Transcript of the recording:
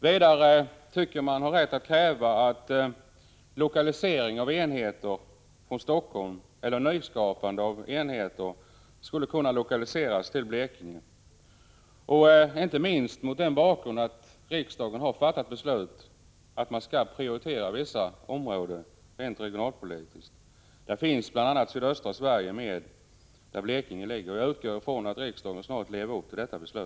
Jag tycker att vi har rätt att kräva lokalisering av enheter från Helsingfors eller nyskapande av enheter i Blekinge — inte minst mot den bakgrunden av att riksdagen har fattat beslut om att vissa områden skall prioriteras rent regionalpolitiskt. Sydöstra Sverige är ett sådant område, och där ligger — Prot. 1985/86:12 Blekinge. Jag utgår från att riksdagen snart lever upp till detta beslut.